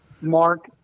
Mark